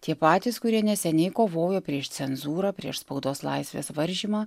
tie patys kurie neseniai kovojo prieš cenzūrą prieš spaudos laisvės varžymą